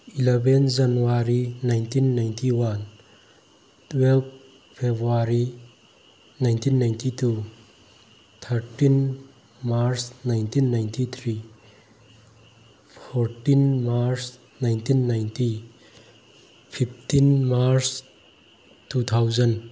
eleven January nineteen ninety one twelve February nineteen ninety two thirteen March nineteen ninety three fourteen March nineteen ninety fifteen March two thousand